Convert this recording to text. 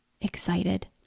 excited